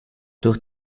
durch